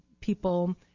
people